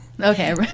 Okay